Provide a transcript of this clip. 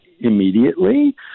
immediately